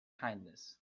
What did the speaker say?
kindness